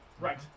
right